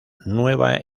nueva